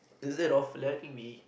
instead of letting me